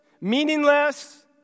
meaningless